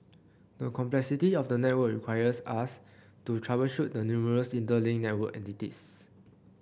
the complexity of the network requires us to troubleshoot the numerous interlinked network entities